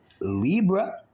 Libra